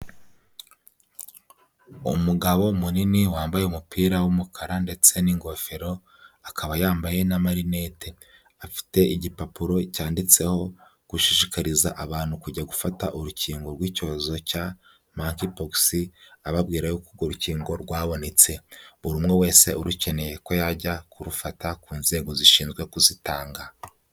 Umugabo munini wambaye umupira w'umukara ndetse n'ingofero, akaba yambaye n'marinete. Afite igipapuro cyanditseho gushishikariza abantu kujya gufata urukingo rw'icyorezo cya Mpox, ababwira ko urwo rukingo rwabonetse. Buri umwe wese urukeneye ko yajya kurufata ku nzego zishinzwe kuzitanga.